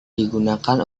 digunakan